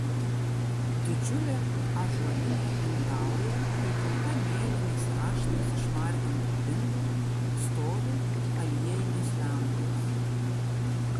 didžiulė ąžuolinė indauja prikrauta mėlynais raštais išmargintų indų stovi aliejinės lempos